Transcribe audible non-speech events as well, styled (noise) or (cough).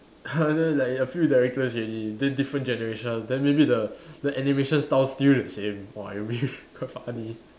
uh then like a few directors already di~ different generations then maybe the (breath) the animation style still the same !wah! I mean quite funny